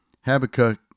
Habakkuk